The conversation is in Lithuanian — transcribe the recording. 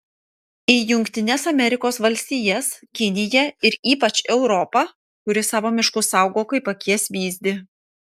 į jungtines amerikos valstijas kiniją ir ypač į europą kuri savo miškus saugo kaip akies vyzdį